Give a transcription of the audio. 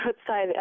outside